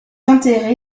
enterré